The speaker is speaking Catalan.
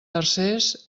tercers